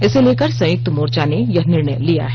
इसे लेकर संयुक्त मोर्चा ने यह निर्णय लिया है